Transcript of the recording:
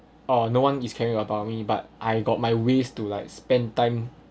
oh no one is caring about me but I got my ways to like spend time